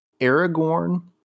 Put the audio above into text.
Aragorn